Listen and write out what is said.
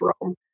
Rome